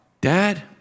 Dad